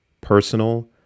personal